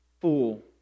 fool